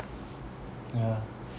yeah